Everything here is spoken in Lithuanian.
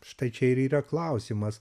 štai čia ir yra klausimas